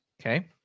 Okay